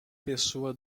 pessoa